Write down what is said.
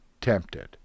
tempted